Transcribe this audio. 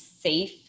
safe